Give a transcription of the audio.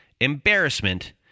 embarrassment